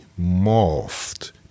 morphed